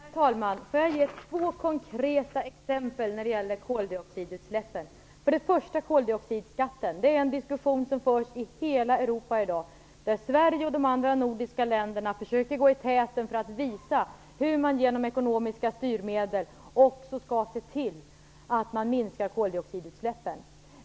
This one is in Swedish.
Herr talman! Jag skall ge två konkreta exempel när det gäller koldioxidutsläppen. Först har vi koldioxidskatten. Det är en diskussion som förs i hela Europa i dag. Sverige och de andra nordiska länderna försöker att gå i täten för att visa hur man genom ekonomiska styrmedel också skall se till att man minskar koldioxidutsläppen.